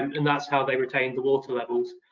and that's how they retained the water levels.